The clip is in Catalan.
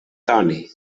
toni